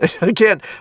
Again